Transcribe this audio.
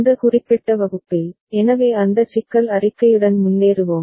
இந்த குறிப்பிட்ட வகுப்பில் எனவே அந்த சிக்கல் அறிக்கையுடன் முன்னேறுவோம்